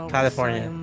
California